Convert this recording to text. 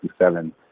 1967